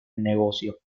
negocio